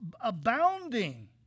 abounding